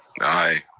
aye.